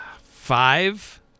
five